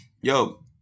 Yo